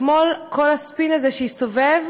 אתמול כל הספין הזה שהסתובב,